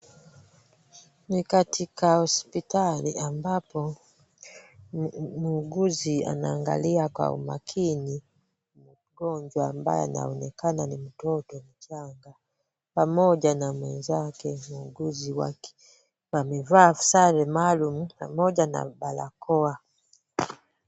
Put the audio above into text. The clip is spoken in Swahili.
Ni katika hospitali ambapo muuguzi anaangalia kwa umakini mgonjwa ambaye anaonekana ni mtoto mchanga. Pamoja na mwenzake muuguzi wake wamevaa sare maalum pamoja na barakoa.